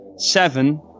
Seven